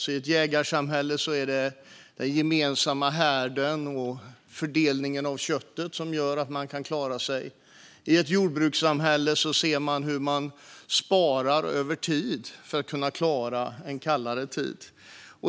I ett jägarsamhälle är det den gemensamma härden och fördelningen av köttet som gör att man kan klara sig. I ett jordbrukssamhälle ser man hur man sparar över tid för att klara en kallare tid.